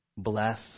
Bless